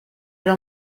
era